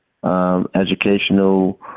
Educational